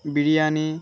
biryani